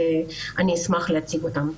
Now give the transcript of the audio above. אני אשמח להציג אותם.